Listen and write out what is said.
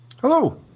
Hello